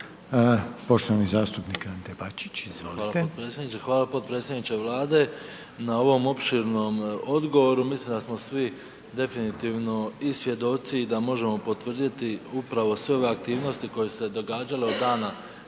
Poštovani zastupnik Ante Bačić, izvolite.